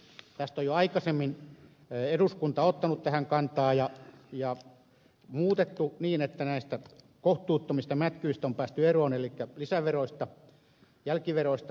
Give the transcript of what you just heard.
tähän on jo aikaisemmin eduskunta ottanut kantaa ja tätä on muutettu niin että näistä kohtuuttomista mätkyistä on päästy eroon eli lisäveroista jälkiveroista